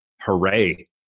hooray